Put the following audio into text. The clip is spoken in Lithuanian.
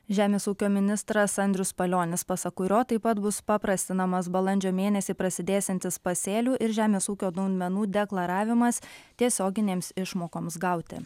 žemės ūkio ministras andrius palionis pasak kurio taip pat bus paprastinamas balandžio mėnesį prasidėsiantis pasėlių ir žemės ūkio naudmenų deklaravimas tiesioginėms išmokoms gauti